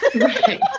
right